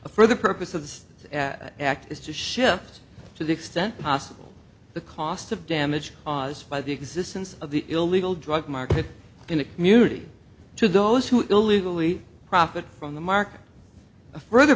a for the purpose of the act is to shift to the extent possible the cost of damage caused by the existence of the illegal drug market in a community to those who illegally profit from the market for the